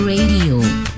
Radio